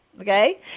okay